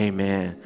Amen